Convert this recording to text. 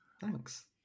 Thanks